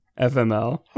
FML